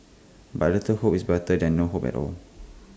but A little hope is better than no hope at all